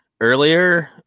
Earlier